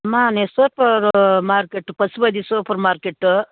అమ్మ నేను supermarket Pashupati super market